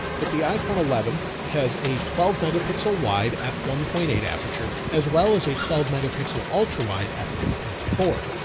but the iphone eleven has a twelve megapixel wide f one point eight aperture as well as a twelve megapixel ultra-wide f two point four.